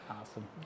Awesome